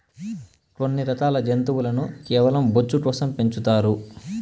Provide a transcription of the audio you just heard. కొన్ని రకాల జంతువులను కేవలం బొచ్చు కోసం పెంచుతారు